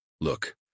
Look